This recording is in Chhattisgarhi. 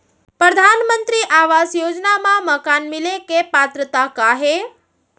परधानमंतरी आवास योजना मा मकान मिले के पात्रता का हे?